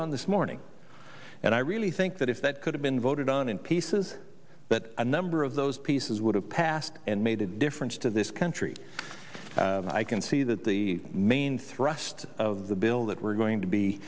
on this morning and i really think that if it could have been voted on in pieces but a number of those pieces would have passed and made a difference to this country and i can see that the main thrust of the bill that we're going to be